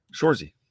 Shorzy